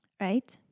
Right